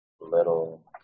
Little